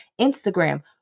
Instagram